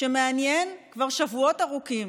שמעניין כבר שבועות ארוכים.